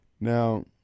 Now